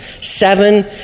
Seven